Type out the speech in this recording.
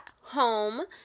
home